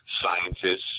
scientists